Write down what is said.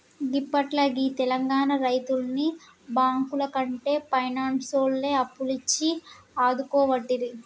గిప్పట్ల గీ తెలంగాణ రైతుల్ని బాంకులకంటే పైనాన్సోల్లే అప్పులిచ్చి ఆదుకోవట్టిరి